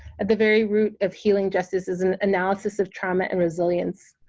at the very root of healing justice is an analysis of trauma and resilience,